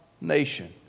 nation